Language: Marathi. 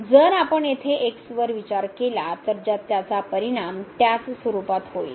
जर आपण येथे x वर विचार केला तर त्याचा परिणाम त्याच स्वरुपात होईल